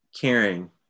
caring